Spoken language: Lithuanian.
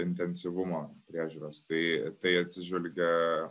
intensyvumo priežiūros tai tai atsižvelgia